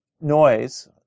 noise